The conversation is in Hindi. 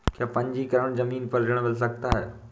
क्या पंजीकरण ज़मीन पर ऋण मिल सकता है?